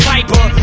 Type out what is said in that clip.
Piper